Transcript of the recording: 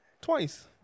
twice